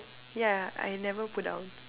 ya I never put down